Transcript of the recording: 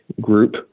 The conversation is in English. group